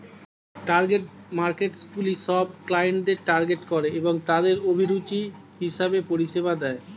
target মার্কেটসগুলি সব ক্লায়েন্টদের টার্গেট করে এবং তাদের অভিরুচি হিসেবে পরিষেবা দেয়